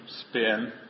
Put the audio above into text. spin